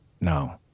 No